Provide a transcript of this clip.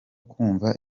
kumva